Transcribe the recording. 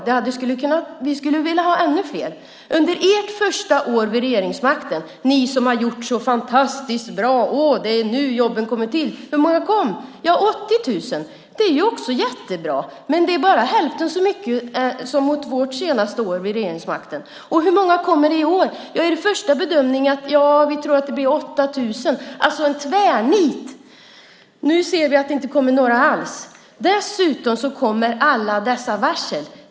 Vi hade velat ha ännu fler. Hur var det under ert första år vid regeringsmakten? Ni har ju varit så fantastiskt bra och sagt att det är nu jobben kommer. Hur många kom det? Ja, det kom 80 000. Det är också jättebra, men det är bara hälften så mycket som det var under vårt senaste år vid regeringsmakten. Hur många kommer det i år? Ja, er första bedömning var att ni trodde att det skulle bli 8 000, alltså en tvärnit. Nu ser vi att det inte kommer några alls. Dessutom kommer alla dessa varsel.